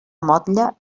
motlle